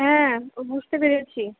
হ্যাঁ বুঝতে পেরেছি